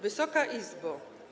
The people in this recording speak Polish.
Wysoka Izbo!